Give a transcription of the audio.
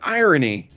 irony